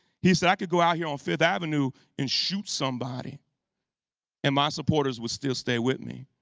he said, i could go out here on fifth avenue and shoot somebody and my supporters would still stay with me.